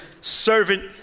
servant